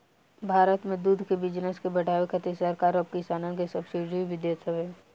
भारत में दूध के बिजनेस के बढ़ावे खातिर सरकार अब किसानन के सब्सिडी भी देत हवे